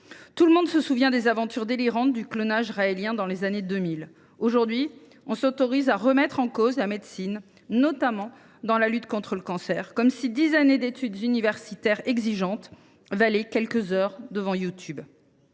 Tout le monde se souvient des aventures délirantes du clonage raëlien dans les années 2000. Aujourd’hui, on s’autorise à remettre en cause la médecine, notamment dans la lutte contre le cancer, comme si dix années d’études universitaires exigeantes valaient quelques heures devant YouTube…